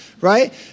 right